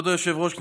כבוד היושב-ראש,